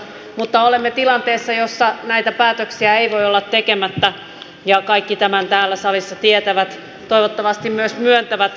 mutta olemme tilanteessa jossa näitä päätöksiä ei voi olla tekemättä ja kaikki tämän täällä salissa tietävät toivottavasti myös myöntävät